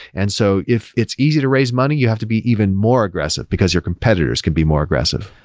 and so if it's easier to raise money, you have to be even more aggressive, because your competitors can be more aggressive.